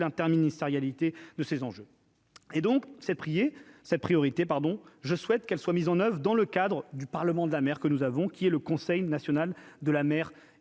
l'interministérialité de ces enjeux, et donc c'est prier sa priorité, pardon, je souhaite qu'elle soit mise en oeuvre dans le cadre du parlement de la mer que nous avons qui est le Conseil national de la mer